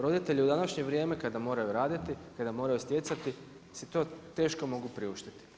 Roditelji u današnje vrijeme kada moraju raditi, kada moraju stjecati si to teško mogu priuštiti.